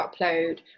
upload